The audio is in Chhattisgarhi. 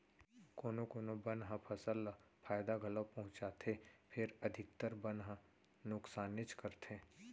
कोना कोनो बन ह फसल ल फायदा घलौ पहुँचाथे फेर अधिकतर बन ह नुकसानेच करथे